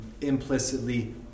implicitly